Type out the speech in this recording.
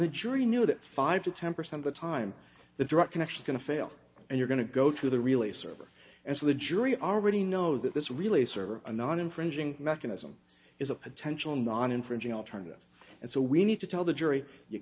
the jury knew that five to ten percent the time the direct connection going to fail and you're going to go to the relay server and so the jury already knows that this really server anon infringing mechanism is a potential non infringing alternative and so we need to tell the jury you